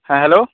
ᱦᱮᱸ ᱦᱮᱞᱳ